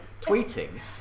tweeting